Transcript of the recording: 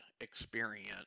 experience